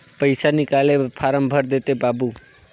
पइसा निकाले बर फारम भर देते बाबु?